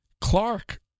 Clark